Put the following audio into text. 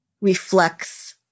reflects